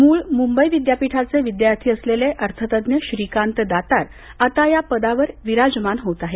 मूळ मुंबई विद्यापीठाचे विद्यार्थी असलेले अर्थतज्ज्ञ श्रीकांत दातार आता या पदावर विराजमान होत आहेत